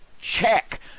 check